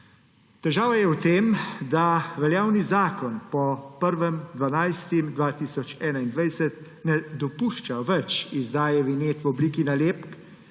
Težava je v tem, da veljavni zakon po 1. 12. 2021 ne dopušča več izdaje vinjet v obliki nalepk,